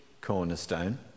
cornerstone